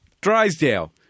Drysdale